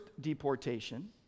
deportation